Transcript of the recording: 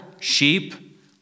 sheep